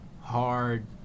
hard